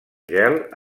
gel